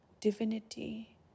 divinity